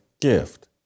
gift